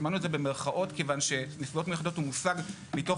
סימנו את זה במירכאות כיוון שנסיבות מיוחדות הוא מושג מתוך